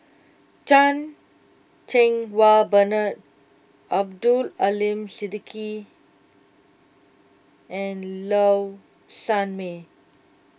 Chan Cheng Wah Bernard Abdul Aleem Siddique and Low Sanmay